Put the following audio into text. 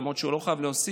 למרות שהוא לא חייב להוסיף,